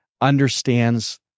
understands